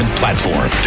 platform